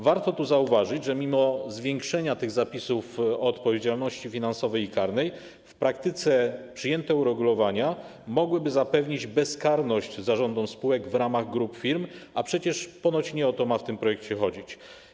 Warto zauważyć, że mimo zwiększenia tych zapisów o odpowiedzialności finansowej i karnej w praktyce przyjęte uregulowania mogłyby zapewnić bezkarność zarządom spółek w ramach grup firm, a przecież nie o to ma w tym projekcie chodzić.